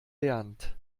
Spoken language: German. lernt